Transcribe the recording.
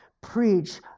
Preach